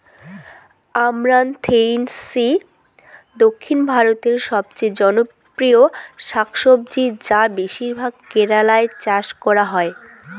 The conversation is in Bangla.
আমরান্থেইসি দক্ষিণ ভারতের সবচেয়ে জনপ্রিয় শাকসবজি যা বেশিরভাগ কেরালায় চাষ করা হয়